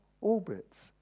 orbits